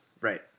right